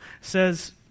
says